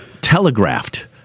telegraphed